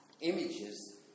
images